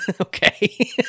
Okay